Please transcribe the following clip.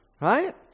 Right